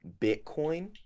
Bitcoin